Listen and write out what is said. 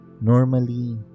Normally